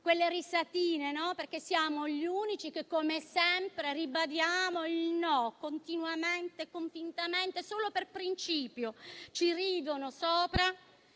quelle risatine, perché siamo gli unici che, come sempre, ribadiscono il no, continuamente e convintamente solo per principio. Ci ridono sopra